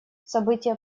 события